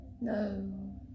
No